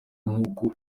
nkuko